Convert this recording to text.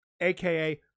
aka